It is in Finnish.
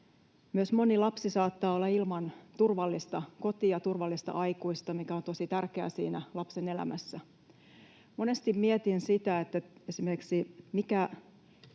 Myös moni lapsi saattaa olla ilman turvallista kotia ja turvallista aikuista, jotka ovat tosi tärkeitä siinä lapsen elämässä. Monesti mietin esimerkiksi sitä,